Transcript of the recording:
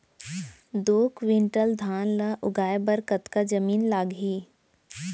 दो क्विंटल धान ला उगाए बर कतका जमीन लागही?